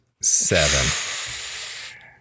Seven